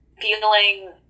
feeling